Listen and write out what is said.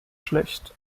schlecht